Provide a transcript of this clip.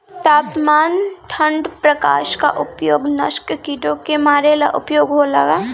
तापमान ठण्ड प्रकास का उपयोग नाशक कीटो के मारे ला उपयोग होला का?